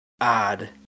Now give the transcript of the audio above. odd